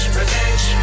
revenge